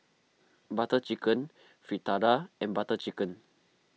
Butter Chicken Fritada and Butter Chicken